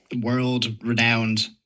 world-renowned